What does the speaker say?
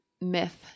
myth